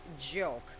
joke